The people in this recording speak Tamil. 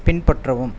பின்பற்றவும்